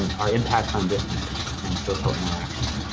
um are impacts on distancing and social interaction.